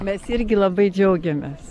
mes irgi labai džiaugiamės